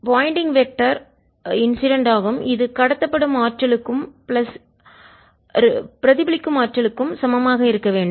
வருகின்ற Poynting vector திசையன் incident ஆகும் இது கடத்தப்படும் ஆற்றலுக்கும் பிளஸ் பிரதிபலிக்கும் ஆற்றலுக்கும் சமமாக இருக்க வேண்டும்